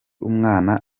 umwana